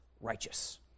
righteous